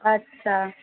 अच्छा